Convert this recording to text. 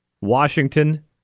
Washington